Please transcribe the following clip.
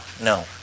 no